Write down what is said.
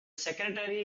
secretary